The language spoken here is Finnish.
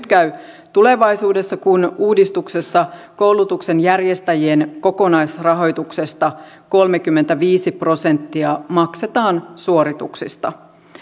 käy tulevaisuudessa kun uudistuksessa koulutuksen järjestäjien kokonaisrahoituksesta kolmekymmentäviisi prosenttia maksetaan suorituksista